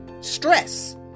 stress